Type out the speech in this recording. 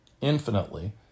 infinitely